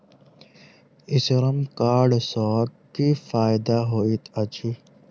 ई Shram card सँ की फायदा होइत अछि?